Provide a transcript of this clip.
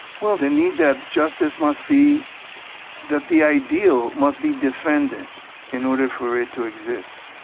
well, the need that justice must be that the ideal must be defended in order for it to exist.